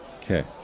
Okay